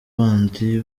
bandi